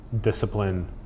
discipline